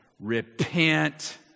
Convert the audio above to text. Repent